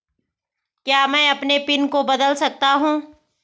क्या मैं अपने पिन को बदल सकता हूँ?